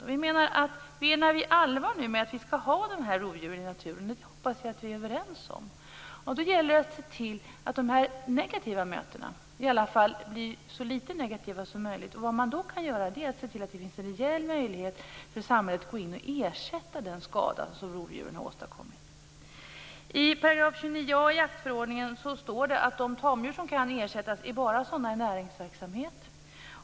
Om vi menar allvar med att vi skall ha de här rovdjuren i naturen - och det hoppas jag att vi är överens om - gäller det att se till att de negativa mötena blir så litet negativa som möjligt. Då skall man se till att det finns en rejäl möjlighet för samhället att gå in och ersätta den skada som rovdjuren har åstadkommit. I § 29a i jaktförordningen står det att de tamdjur som kan ersättas bara är sådana i näringsverksamhet.